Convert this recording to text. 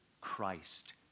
Christ